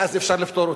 שאז אפשר לפתור אותם.